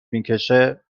میکشه